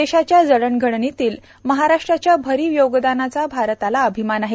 देशाच्या जडणघडणीतील महाराष्ट्राच्या भरीव योगदानाचा भारताला अभिमान आहे